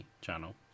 channel